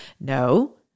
No